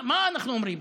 מה אנחנו אומרים?